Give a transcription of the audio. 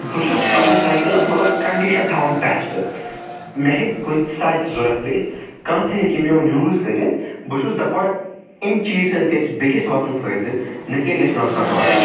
بہٕ چھُس پَننِس سایکلَس مطلب کَنڈِشَن تھاوان بیٚسٹہٕ مےٚ ہیٚکہِ کُنہ تہِ ساتہٕ ضروٗرت پیٚتھ کانٛہہ تہِ ہیٚکہِ میٛون یوٗز کٔرِتھ بہٕ چھُس دَپان اَمہِ چیٖزٕ سۭتۍ گَژھہِ بیٚیِس واتُن فٲیدٕ نَہ کہِ گَژھہِ نۄقصآن واتُن